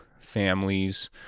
families